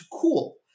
cool